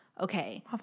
okay